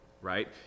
right